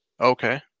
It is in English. Okay